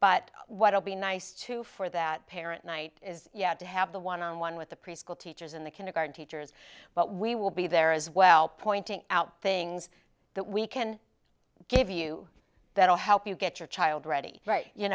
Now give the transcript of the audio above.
but what will be nice too for that parent night is yet to have the one on one with the preschool teachers in the kindergarten teachers but we will be there as well pointing out things that we can give you that will help you get your child ready